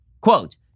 quote